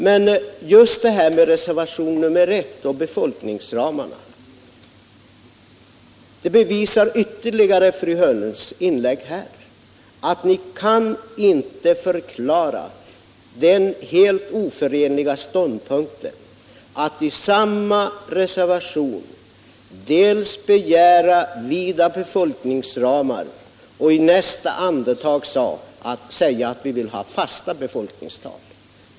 Men just när det gäller reservationen 1 och befolkningsramarna bevisar fru Hörnlunds inlägg ytterligare att ni inte kan förklara de helt oförenliga ståndpunkterna att i samma reservation först begära vida befolkningsramar och i nästa andetag kräva fasta befolkningstal.